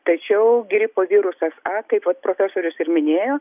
tačiau gripo virusas a kaip vat profesorius ir minėjo